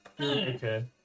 okay